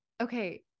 Okay